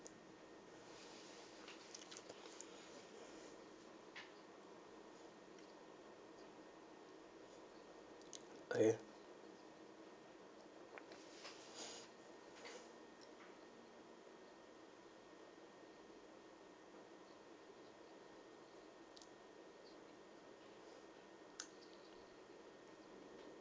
uh ya